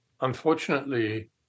Unfortunately